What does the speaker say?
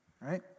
Right